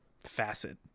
facet